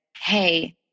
hey